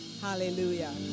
Hallelujah